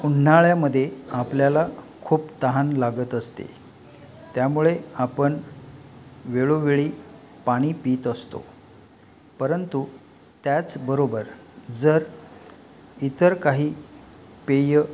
उन्हाळ्यामध्ये आपल्याला खूप तहान लागत असते त्यामुळे आपण वेळोवेळी पाणी पीत असतो परंतु त्याचबरोबर जर इतर काही पेय